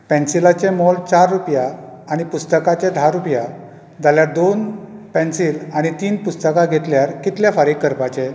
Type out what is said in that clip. पेन्सिलाचे मोल चार रुपया आनी पुस्तकाचे धा रुपया जाल्यार दोन पेन्सिली आनी तीन पुस्तकां घेतल्यार कितले फारीक करपाचे